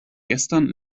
gestern